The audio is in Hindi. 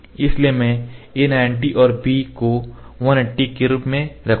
इसलिए मैं a 90 और b को 180 के रूप में रखूंगा